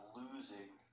losing